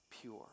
pure